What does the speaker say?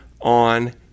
on